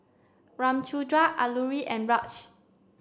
Ramchundra Alluri and Raj